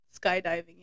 skydiving